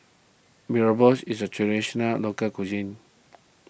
Mee Rebus is a Traditional Local Cuisine